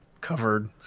covered